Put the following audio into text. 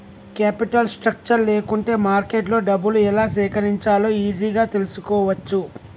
capital structure లేకుంటే మార్కెట్లో డబ్బులు ఎలా సేకరించాలో ఈజీగా తెల్సుకోవచ్చు